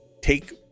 take